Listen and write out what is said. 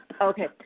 Okay